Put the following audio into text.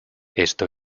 esto